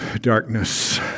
darkness